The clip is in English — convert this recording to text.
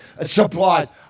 supplies